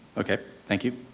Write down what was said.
okay, thank you.